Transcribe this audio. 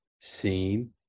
seen